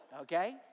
okay